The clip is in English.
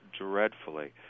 dreadfully